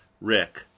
Rick